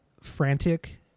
frantic